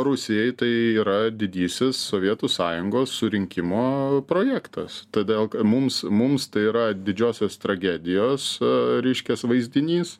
rusijai tai yra didysis sovietų sąjungos surinkimo projektas todėl mums mums tai yra didžiosios tragedijos reiškias vaizdinys